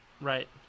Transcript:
Right